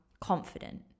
confident